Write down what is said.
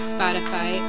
Spotify